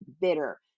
bitter